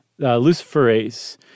luciferase